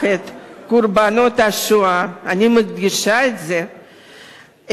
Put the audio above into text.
את קורבנות השואה אני מדגישה את זה,